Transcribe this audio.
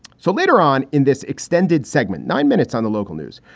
so later on in this extended segment, nine minutes on the local news,